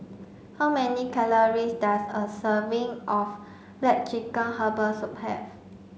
how many calories does a serving of black chicken herbal soup have